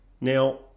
Now